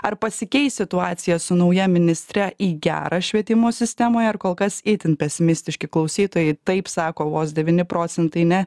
ar pasikeis situacija su nauja ministre į gerą švietimo sistemoje ar kol kas itin pesimistiški klausytojai taip sako vos devyni procentai ne